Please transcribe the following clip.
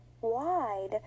wide